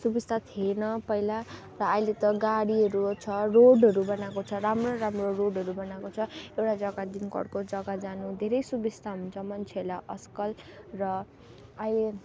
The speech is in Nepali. सुविस्ता थिएन पहिला त अहिले त गाडीहरू छ रोडहरू बनाएको छ राम्रो राम्रो रोडहरू बनाएको छ एउटा जग्गादेखिको अर्को जग्गा जानु धेरै सुविस्ता हुन्छ मान्छेहरूलाई आजकल र अहिले